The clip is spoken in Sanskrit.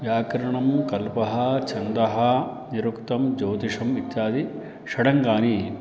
व्याकरणं कल्पः छन्दः निरुक्तं ज्योतिषम् इत्यादि षडङ्गानि